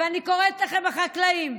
ואני קוראת לכם, החקלאים: